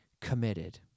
committed